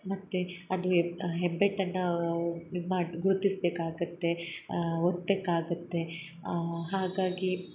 ಮತ್ತು ಅದು ಹೆಬ್ಬೆಟ್ಟನ್ನು ಇದು ಮಾಡಿ ಗುರ್ತಿಸ್ಬೇಕಾಗುತ್ತೆ ಒತ್ಬೇಕಾಗುತ್ತೆ ಹಾಗಾಗಿ